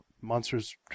Monsters